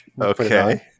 okay